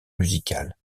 musicales